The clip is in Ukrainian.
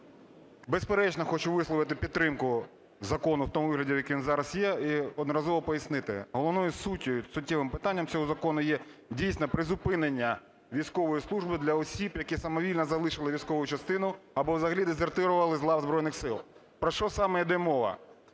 безперечно, хочу висловити підтримку закону в тому вигляді, який він зараз є, і одноразово пояснити. Головною суттю, суттєвим питанням цього закону є, дійсно, призупинення військової служби для осіб, які самовільно залишили військову частину або взагалі дезертирували з лав Збройних Сил. Про що саме йде мова?